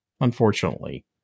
unfortunately